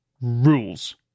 rules